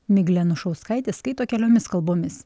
miglė anušauskaitė skaito keliomis kalbomis